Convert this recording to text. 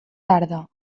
tarda